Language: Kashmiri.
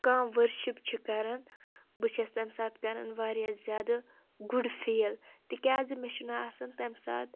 کانٛہہ وٕرشِپ چھِ کران بہٕ چھس تٔمۍ ساتہٕ کران واریاہ زیادٕ گُڈ فیٖل تِکیٛازِ مےٚ چھُنہٕ آسان تٔمۍ ساتہٕ